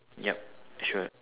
yup sure